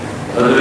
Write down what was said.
כהן, בבקשה.